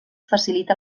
facilita